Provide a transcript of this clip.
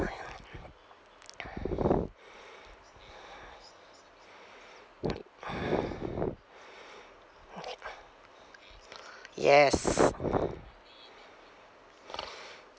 yes